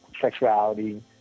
sexuality